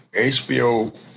HBO